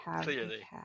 Clearly